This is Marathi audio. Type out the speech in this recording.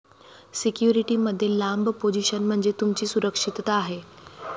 सिक्युरिटी मध्ये लांब पोझिशन म्हणजे तुमची सुरक्षितता आहे